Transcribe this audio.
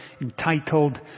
entitled